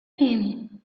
him